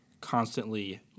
constantly